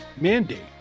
mandate